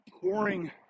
pouring